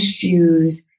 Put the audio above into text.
Jews